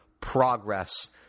progress